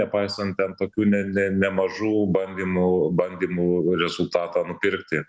nepaisant ten tokių ne ne nemažų bandymų bandymų rezultatą nupirkti